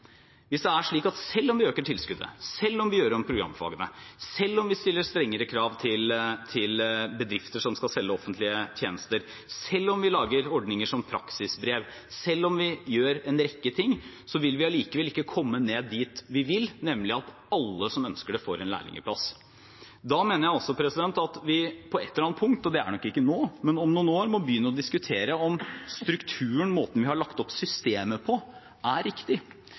Hvis det er slik at selv om vi øker tilskuddet, selv om vi gjør om programfagene, selv om vi stiller strengere krav til bedrifter som skal selge offentlige tjenester, selv om vi lager ordninger som praksisbrev, selv om vi gjør en rekke ting, ikke kommer dit vi vil, nemlig at alle som ønsker det, får en lærlingplass, mener jeg at vi på et eller annet punkt – og det er nok ikke nå, men om noen år – må begynne å diskutere om strukturen, måten vi har lagt opp systemet på, er riktig,